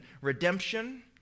redemption